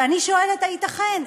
ואני שואלת, הייתכן?